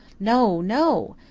no no!